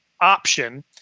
option